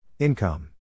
Income